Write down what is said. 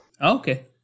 Okay